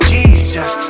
Jesus